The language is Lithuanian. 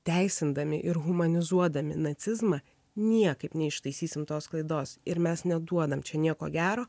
teisindami ir humanizuodami nacizmą niekaip neištaisysim tos klaidos ir mes neduodam čia nieko gero